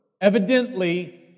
Evidently